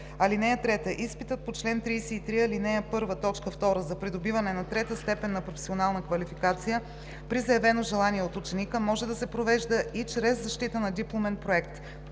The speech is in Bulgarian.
3: „(3) Изпитът по чл. 33, ал. 1, т. 2 за придобиване на трета степен на професионална квалификация при заявено желание от ученика може да се провежда и чрез защита на дипломен проект.“